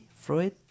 Freud